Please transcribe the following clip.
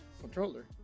controller